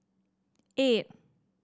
eight